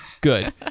good